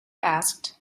asked